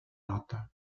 nota